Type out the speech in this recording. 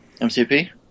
mcp